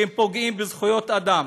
שפוגעים בזכויות אדם.